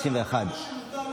31. כמה שמותר,